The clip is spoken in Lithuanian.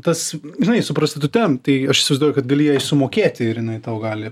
tas žinai su prostitute tai aš įsivaizduoju kad gali jai sumokėti ir jinai tau gali